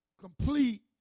complete